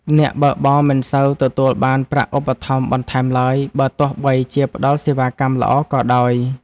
អ្នកបើកបរមិនសូវទទួលបានប្រាក់ឧបត្ថម្ភបន្ថែមឡើយ បើទោះបីជាផ្ដល់សេវាកម្មល្អក៏ដោយ។